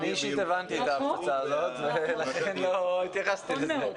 אני אישית הבנתי את הקבוצה הזו ולכן לא התייחסתי לזה.